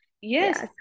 Yes